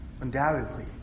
undoubtedly